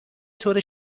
طور